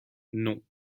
non